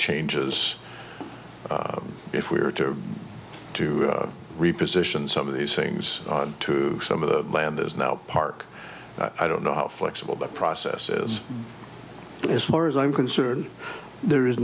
changes if we are to to reposition some of these things to some of the land is now park i don't know how flexible the process is as far as i'm concerned there is